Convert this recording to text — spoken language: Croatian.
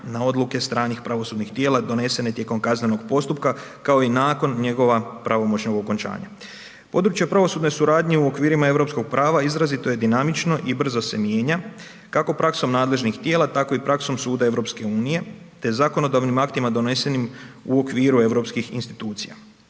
na odluke stranih pravosudnih tijela donesene tijekom kaznenog postupka, kao i nakon njegova pravomoćnog okončanja. Područje pravosudne suradnje u okvirima europskog prava izrazito je dinamično i brzo se mijenja, kako praksom nadležnih tijela, tako i praksom suda EU te zakonodavnim aktima donesenim u okviru europskih institucija.